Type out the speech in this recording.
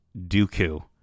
Dooku